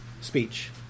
speech